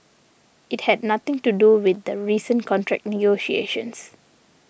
it had nothing to do with the recent contract negotiations